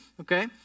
okay